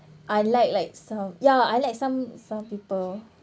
unlike like some ya unlike some some people